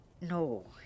No